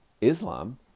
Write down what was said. Islam